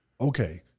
Okay